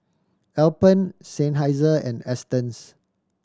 Alpen Seinheiser and Astons